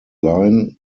line